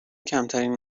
کمترین